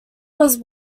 was